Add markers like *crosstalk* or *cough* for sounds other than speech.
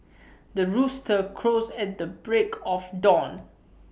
*noise* the rooster crows at the break of dawn